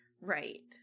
right